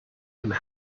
and